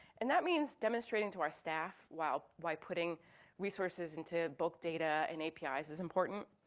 and that means demonstrating to our staff why why putting resources into bulk data and apis is important.